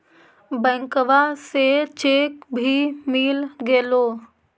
बैंकवा से चेक भी मिलगेलो?